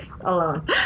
alone